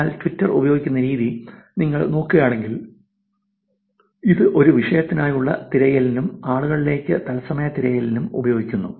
എന്നാൽ ട്വിറ്റർ ഉപയോഗിക്കുന്ന രീതി നിങ്ങൾ നോക്കുകയാണെങ്കിൽ ഇത് ഒരു വിഷയത്തിനായുള്ള തിരയലിനും ആളുകളിലേക്ക് തത്സമയ തിരയലിനും ഉപയോഗിക്കുന്നു